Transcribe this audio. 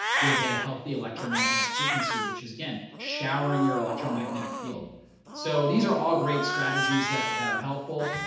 you'll get a healthy electromagnetic frequency which is again showering your electromagnetic field so these are all great strategies that that are helpful.